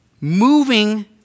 moving